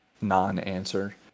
non-answer